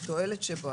על התועלת שבו,